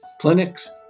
clinics